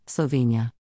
Slovenia